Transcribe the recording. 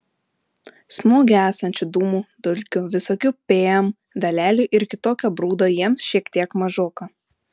smoge esančių dūmų dulkių visokių pm dalelių ir kitokio brudo jiems šiek tiek mažoka